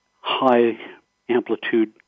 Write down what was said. high-amplitude